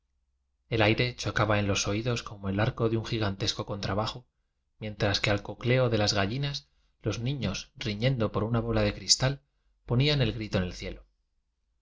el aire chocaba en los oídos como el arco delütgíganfesco contrabajo mientras que al codeo de las gallinas los niños riñendo por una bola de cristal po nían el grito en el cielo